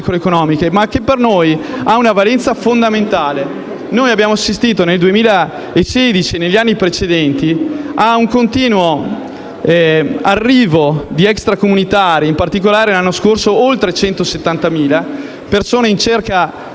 ma che per noi ha una valenza fondamentale. Noi abbiamo assistito, nel 2016 e negli anni precedenti, ad un continuo arrivo di extracomunitari; in particolare l'anno scorso sono stati oltre 170.000. Si tratta di